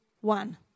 one